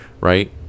right